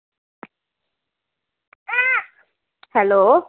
hello